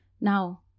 now